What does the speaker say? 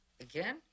Again